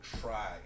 try